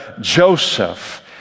Joseph